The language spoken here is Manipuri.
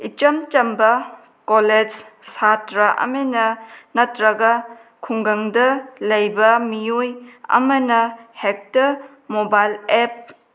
ꯏꯆꯝ ꯆꯝꯕ ꯀꯣꯂꯦꯖ ꯁꯥꯠꯇ꯭ꯔ ꯑꯃꯅ ꯅꯠꯇ꯭ꯔꯒ ꯈꯨꯡꯒꯪꯗ ꯂꯩꯕ ꯃꯤꯑꯣꯏ ꯑꯃꯅ ꯍꯦꯛꯇ ꯃꯣꯕꯥꯏꯜ ꯑꯦꯞ